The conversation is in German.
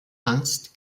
angst